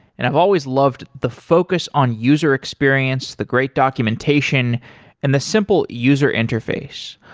and i've always loved the focus on user experience, the great documentation and the simple user interface.